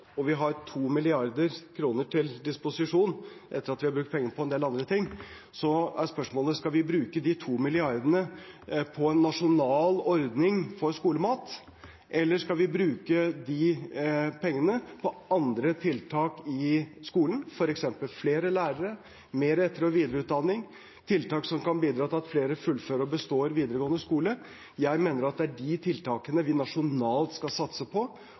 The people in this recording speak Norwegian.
har brukt penger på en del andre ting, er spørsmålet om vi skal bruke de 2 mrd. kr på en nasjonal ordning for skolemat, eller om vi skal bruke dem på andre tiltak i skolen, f.eks. flere lærere, mer etter- og videreutdanning, tiltak som kan bidra til at flere fullfører og består videregående skole. Jeg mener det er de tiltakene vi nasjonalt skal satse på,